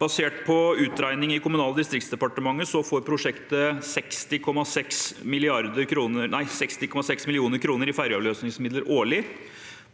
Basert på utregninger i Kommunal- og distriktsdepartementet får prosjektet 60,6 mill. kr i ferjeavløsningsmidler årlig.